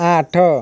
ଆଠ